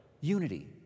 unity